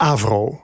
Avro